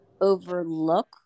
overlook